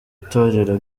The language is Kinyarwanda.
itorero